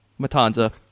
matanza